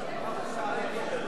סיעות בל"ד רע"ם-תע"ל חד"ש